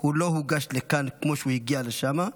הוא לא הוגש לכאן כמו שהגיע לשם,